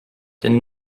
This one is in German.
denn